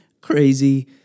Crazy